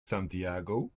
santiago